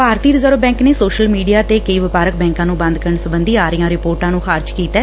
ਭਾਰਤੀ reserve bank ਨੇ social media ਕਈ ਵਪਾਰਕ ਬੈਂਕਾਂ ਨੂੰ ਬੰਦ ਕਰਨ ਸਬੰਧੀ ਆ ਰਹੀਆਂ ਰਿਪੋਰਟਾਂ ਨੂੰ ਖਾਰਜ ਕੀਤੈ